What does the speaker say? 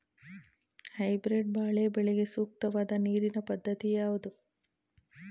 Hybrid ಬಾಳೆ ಬೆಳೆಗೆ ಸೂಕ್ತವಾದ ನೀರಿನ ಪದ್ಧತಿ ಯಾವುದು?